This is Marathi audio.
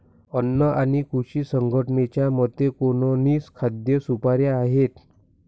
अन्न आणि कृषी संघटनेच्या मते, एकोणीस खाद्य सुपाऱ्या आहेत